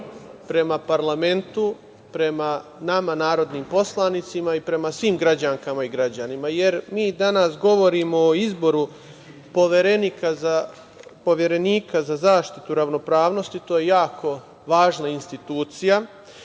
prema parlamentu, prema nama narodnim poslanicima i prema svim građankama i građanima, jer mi danas govorimo o izboru Poverenika za zaštitu ravnopravnosti to je jako važna institucija. Želim